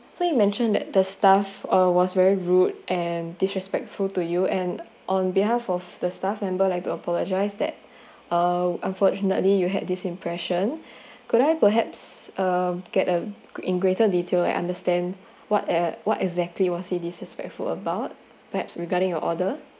so you mentioned that the staff uh was very rude and disrespectful to you and on behalf of the staff member I'd like to apologize that uh unfortunately you had this impression could I perhaps um get a um in greater detail uh understand what eh what exactly was he disrespectful about perhaps regarding your order